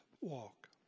walk